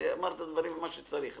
דברים ממה שצריך.